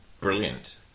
brilliant